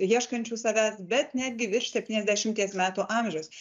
ieškančių savęs bet netgi virš septyniasdešimties metų amžiaus